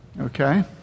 Okay